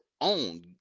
own